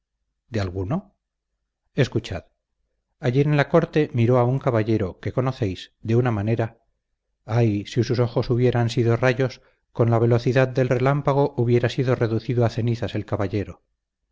de alguno escuchad ayer en la corte miró a un caballero que conocéis de una manera ay si sus ojos hubieran sido rayos con la velocidad del relámpago hubiera sido reducido a cenizas el caballero